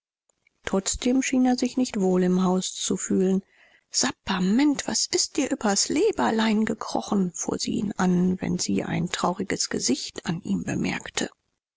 trotzdem schien er sich nicht wohl im haus zu fühlen sapperment was ist dir übers leberlein gekrochen fuhr sie ihn an wenn sie ein trauriges gesicht an ihm bemerkte